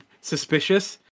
suspicious